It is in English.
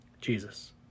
Jesus